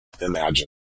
imagine